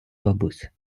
бабусь